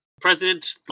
president